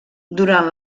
durant